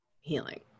healing